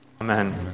Amen